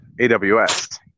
AWS